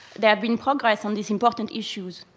there have been progress on these important issues.